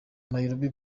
nairobi